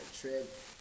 trip